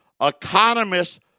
Economists